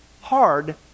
hard